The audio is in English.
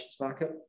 market